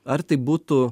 ar tai būtų